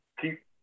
keep